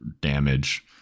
damage